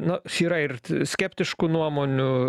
na yra ir skeptiškų nuomonių